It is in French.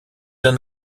d’un